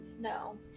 No